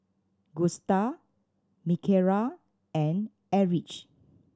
Gusta Mikayla and Erich